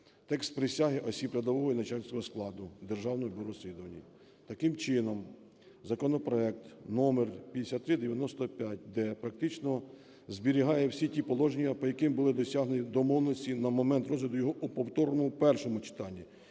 текст присяги осіб рядового і начальницького складу Державного бюро розслідувань. Таким чином, законопроект номер 5395-д практично зберігає всі ті положення, по яких було досягнуто домовленості на момент розгляду його у повторному першому читанні,